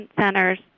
centers